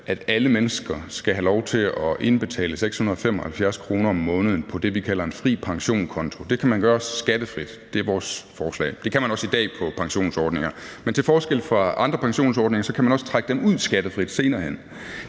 at alle mennesker skal have lov til at indbetale 675 kr. om måneden på det, vi kalder en fri pensionskonto. Det kan man gøre skattefrit. Det er vores forslag. Det kan man også i dag på pensionsordninger, men til forskel fra andre pensionsordninger kan man også trække dem ud skattefrit senere hen.